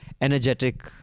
energetic